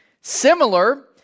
Similar